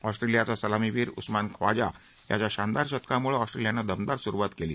ऑस्ट्रेलियाचा सलामीवीर उस्मान ख्वाजा याच्या शानदार शतकामुळे ऑस्ट्रेलियानं दमदार सुरुवात केली